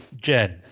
Jen